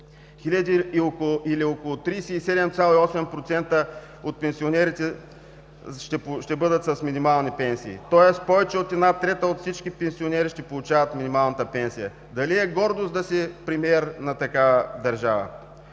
или около 37,8% от пенсионерите ще бъдат с минимални пенсии. Тоест повече от една трета от всички пенсионери ще получават минималната пенсия. Дали е гордост да си премиер на такава държава?